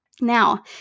Now